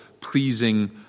pleasing